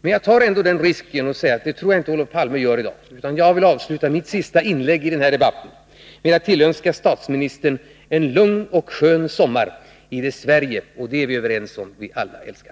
Men jag tar ändå risken att säga att det tror jag inte Olof Palme gör i dag, utan jag vill avsluta mitt sista inlägg i den här debatten med att tillönska statsministern en lugn och skön sommar i det Sverige — detta är vi alla överens om -— vi alla älskar.